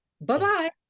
Bye-bye